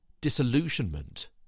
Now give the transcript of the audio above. disillusionment